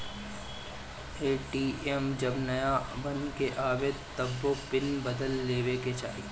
ATM जब नाया बन के आवे तबो पिन बदल लेवे के चाही